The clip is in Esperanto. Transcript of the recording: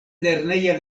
lerneja